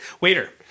Waiter